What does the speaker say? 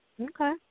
Okay